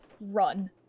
Run